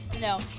No